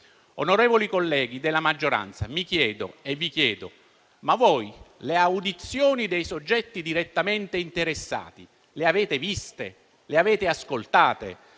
Onorevoli colleghi della maggioranza, mi chiedo e vi chiedo: ma voi le audizioni dei soggetti direttamente interessati le avete ascoltate?